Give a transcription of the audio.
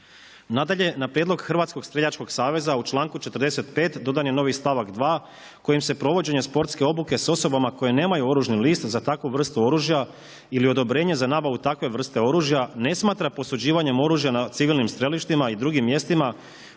Nadalje, na prijedlog Hrvatskog seljačkog saveza u članku 45. dodan je novi stavak 2. kojim se provođenje sportske obuke s osobama koje nemaju oružani list za takvu vrstu oružja ili odobrenja za nabavu takve vrste oružja ne smatra posuđivanjem oružja na civilnim strelištima i drugim mjestima